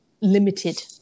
limited